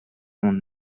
und